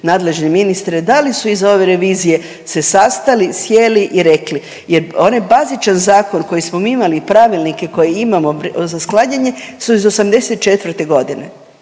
nadležne ministre da li su iza ove revizije se sastali, sjeli i rekli jer onaj bazičan zakon koji smo mi imali i pravilnike koje imamo za sklanjanje su iz '84. g.,